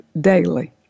daily